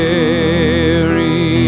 Mary